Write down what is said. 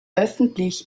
öffentlich